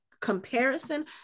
comparison